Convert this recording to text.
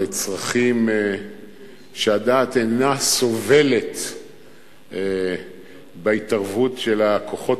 לצרכים שהדעת אינה סובלת בהתערבות של הכוחות